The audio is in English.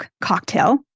cocktail